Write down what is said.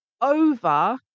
over